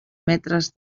metres